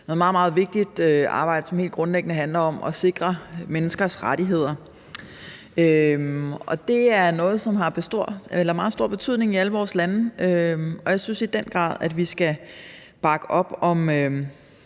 noget meget, meget vigtigt arbejde, som helt grundlæggende handler om at sikre menneskers rettigheder. Det er noget, som har meget stor betydning i alle vores lande, og jeg synes i den grad, at vi skal bakke op om